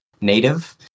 native